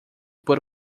por